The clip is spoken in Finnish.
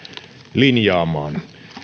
linjaamaan